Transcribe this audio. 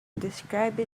describe